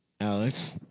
Alex